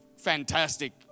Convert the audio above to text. fantastic